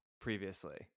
previously